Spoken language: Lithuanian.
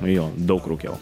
jo daug rūkiau